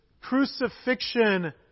crucifixion